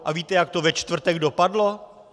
A víte, jak to ve čtvrtek dopadlo?